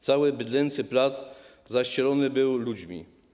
Cały bydlęcy plac zaścielony był ludźmi.